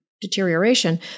deterioration